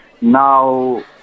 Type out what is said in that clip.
Now